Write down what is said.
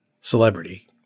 celebrity